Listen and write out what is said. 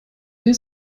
der